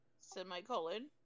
Semicolon